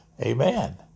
Amen